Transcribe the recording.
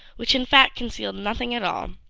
which in fact concealed nothing at all,